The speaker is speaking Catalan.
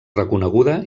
reconeguda